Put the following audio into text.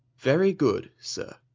very good, sir.